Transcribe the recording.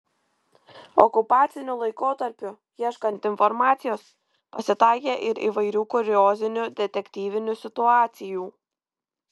okupaciniu laikotarpiu ieškant informacijos pasitaikė ir įvairių kuriozinių detektyvinių situacijų